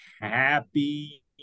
happy